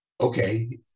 Okay